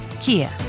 Kia